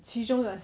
其中的